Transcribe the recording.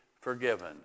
forgiven